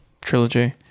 trilogy